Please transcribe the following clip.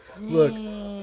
Look